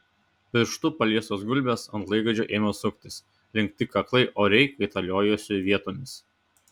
pirštu paliestos gulbės ant laikrodžio ėmė suktis lenkti kaklai oriai kaitaliojosi vietomis